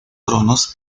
tronos